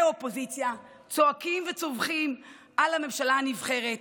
האופוזיציה צועקים וצווחים על הממשלה הנבחרת